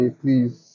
please